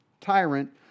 tyrant